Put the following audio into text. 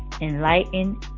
enlighten